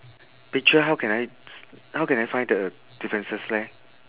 picture how can I s~ how can I find the difference leh